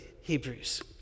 Hebrews